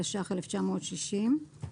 התש"ך-1960,